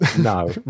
no